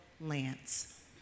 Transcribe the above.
Lance